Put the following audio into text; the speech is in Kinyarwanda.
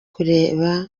kureba